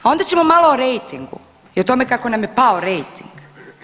A onda ćemo malo o rejtingu i o tome kako nam je pao rejting.